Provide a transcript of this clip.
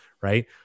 right